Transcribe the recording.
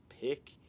pick